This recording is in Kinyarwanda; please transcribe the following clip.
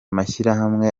mashyirahamwe